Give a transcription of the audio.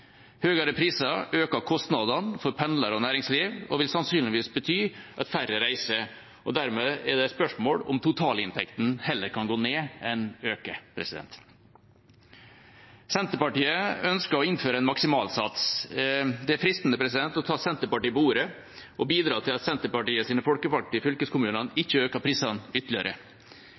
priser øker kostnadene for pendlere og næringsliv og vil sannsynligvis bety at færre reiser. Dermed er det et spørsmål om totalinntekten heller kan gå ned enn øke. Senterpartiet ønsker å innføre en maksimalsats. Det er fristende å ta Senterpartiet på ordet og bidra til at Senterpartiets folkevalgte i fylkeskommunene ikke øker prisene ytterligere.